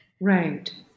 Right